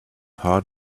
heart